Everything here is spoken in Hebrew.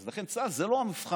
לכן צה"ל זה לא המבחן.